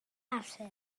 arthur